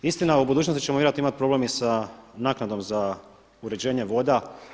Istina u budućnosti ćemo vjerojatno imati problem i sa naknadom za uređenje voda.